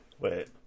Wait